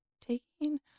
taking